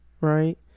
Right